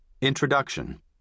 Introduction